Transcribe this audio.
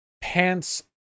pants